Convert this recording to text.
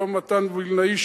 ולא ממתן וילנאי,